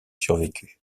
survécu